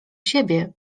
siebie